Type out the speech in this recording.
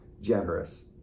generous